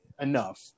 enough